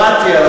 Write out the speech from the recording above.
שמעתי.